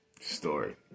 Story